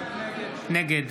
נגד